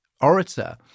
orator